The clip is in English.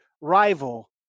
rival